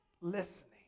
listening